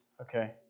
Okay